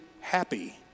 happy